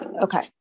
Okay